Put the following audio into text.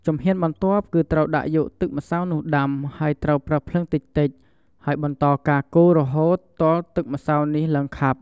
ជំហានបន្ទាប់ គឺត្រូវដាក់យកទឹកម្សៅនោះដាំ ហើយត្រូវប្រើភ្លើងតិចៗ ហើយបន្តការកូររហូតទាល់ទឹកម្សៅនេះឡើងខាប់។